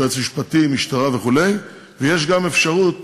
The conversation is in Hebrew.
יועץ משפטי, משטרה וכו', ויש גם אפשרות